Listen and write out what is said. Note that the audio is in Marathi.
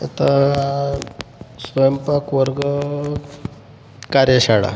आता स्वयंपाक वर्ग कार्यशाळा